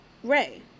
Ray